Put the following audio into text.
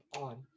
on